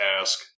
ask